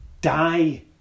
die